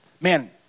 man